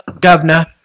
governor